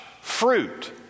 fruit